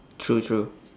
true true